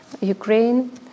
Ukraine